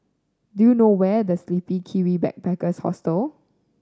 do you know where is The Sleepy Kiwi Backpackers Hostel